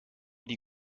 die